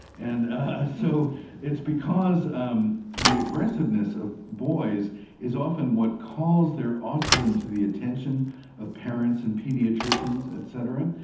and ah so it's because um the aggressiveness of the boys is often what calls their autism to the attention of parents and paediatricians et cetera,